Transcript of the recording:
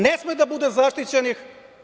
Ne sme da bude zaštićenih.